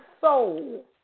soul